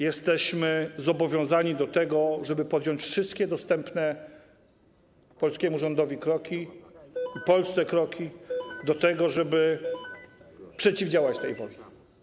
Jesteśmy zobowiązani do tego, żeby podjąć wszystkie dostępne polskiemu rządowi i Polsce kroki do tego, żeby przeciwdziałać tej wojnie.